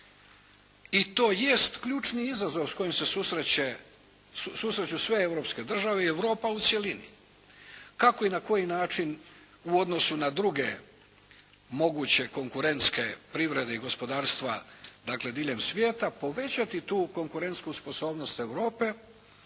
I to jest ključni izazov s kojim se susreću sve europske države i Europa u cjelini. Kako i na koji način u odnosu na druge moguće konkurentske privrede i gospodarstva, dakle diljem svijeta povećati tu konkurentsku sposobnost Europe,